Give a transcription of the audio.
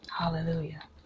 Hallelujah